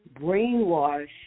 brainwash